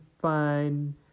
fine